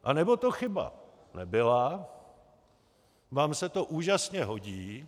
Anebo to chyba nebyla, vám se to úžasně hodí.